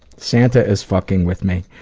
santa is fucking with me.